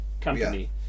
company